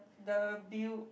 the billed